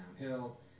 downhill